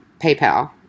PayPal